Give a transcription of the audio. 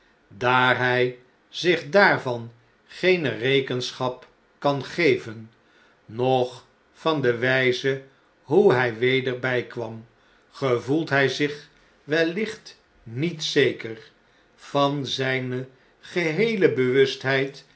daar hij zich daarvan geene rekenschap kan geven noch van de wijze hoe hij weder bijkwam gevoelthij zich wellicht niet zeker van zijne geheele